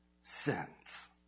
sins